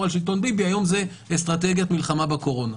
על שלטון ביבי" היום זה אסטרטגיית מלחמה בקורונה.